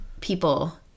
people